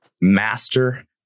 master